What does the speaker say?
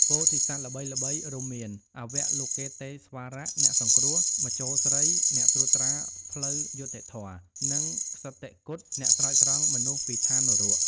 ពោធិសត្វល្បីៗរួមមាន អវលោកិតេស្វរៈ (អ្នកសង្គ្រោះ) មញ្ជូស្រី (អ្នកត្រួតត្រាផ្លូវយុត្តិធម៌) និង ក្សិតិគត៌ (អ្នកស្រោចស្រង់មនុស្សពីឋាននរក)។